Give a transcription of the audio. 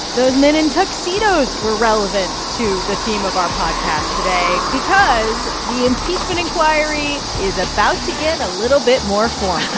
those men in tuxedos were relevant to the theme of our podcast today because the impeachment inquiry is about to get a little bit more formal